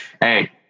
hey